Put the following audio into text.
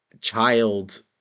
child